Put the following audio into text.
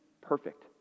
perfect